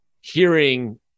hearing